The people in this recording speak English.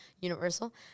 Universal